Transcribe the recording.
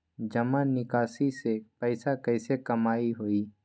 जमा निकासी से पैसा कईसे कमाई होई?